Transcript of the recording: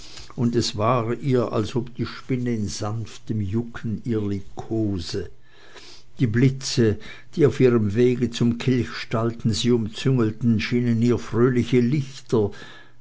kampfe es war ihr als ob die spinne in sanftem jucken ihr liebkose die blitze die auf ihrem wege zum kilchstalden sie umzüngelten schienen ihr fröhliche lichter